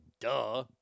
Duh